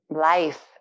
life